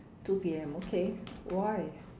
two P_M okay why